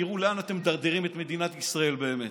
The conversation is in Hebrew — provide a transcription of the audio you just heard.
תראו לאן אתם מדרדרים את מדינת ישראל באמת.